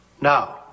Now